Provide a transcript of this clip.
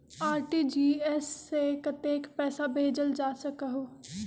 RTGS से कतेक पैसा भेजल जा सकहु???